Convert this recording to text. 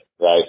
right